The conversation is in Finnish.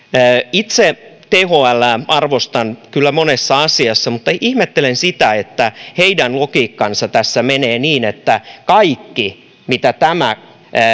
itse thlää arvostan kyllä monessa asiassa mutta ihmettelen sitä että heidän logiikkansa tässä menee niin että kaikki mitä tämä